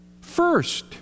First